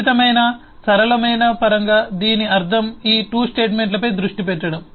ఖచ్చితమైన సరళమైన పరంగా దీని అర్థం ఈ 2 స్టేట్మెంట్లపై దృష్టి పెట్టడం